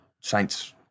Saints